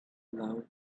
love